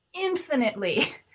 infinitely